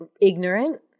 ignorant